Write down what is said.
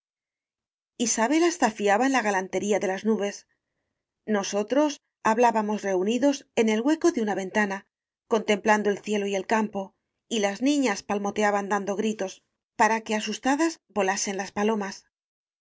isabel hasta fiaba en la galantería de las nubes nosotros hablábamos reunidos en el hueco de una ventana contemplando el cielo y el campo y las niñas palmoteaban dando gritos para que á asustadas volasen las